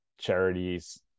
charities